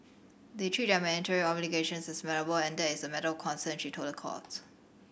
they treat their mandatory obligations as malleable and that is a matter of concern she told the court